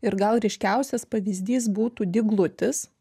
ir gal ryškiausias pavyzdys būtų dyglutis